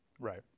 Right